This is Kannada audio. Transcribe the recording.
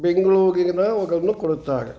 ಬೆಂಗಳೂರಿನ ಗಳನ್ನು ಕೊಡುತ್ತಾರೆ